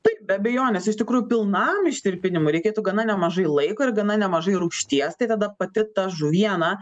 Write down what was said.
taip be abejonės iš tikrųjų pilnam ištirpinimui reikėtų gana nemažai laiko ir gana nemažai rūgšties tai tada pati ta žuviena